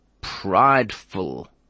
prideful